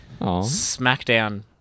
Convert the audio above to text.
Smackdown